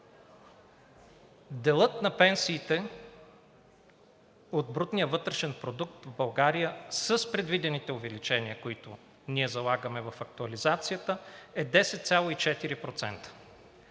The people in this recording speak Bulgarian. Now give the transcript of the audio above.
Делът на пенсиите от брутния вътрешен продукт в България с предвидените увеличения, които ние залагаме в актуализацията, е 10,4%.